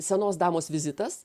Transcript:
senos damos vizitas